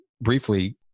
briefly